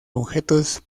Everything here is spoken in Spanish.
objetos